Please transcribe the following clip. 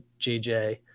JJ